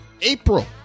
April